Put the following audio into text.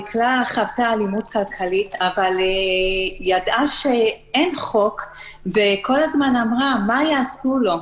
דקלה חוותה אלימות כלכלית אבל ידעה שאין חוק וכל הזמן אמרה: מה יעשו לו?